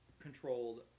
controlled